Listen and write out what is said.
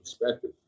perspective